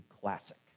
classic